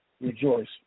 rejoice